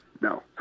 no